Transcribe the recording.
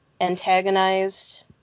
antagonized